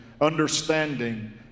understanding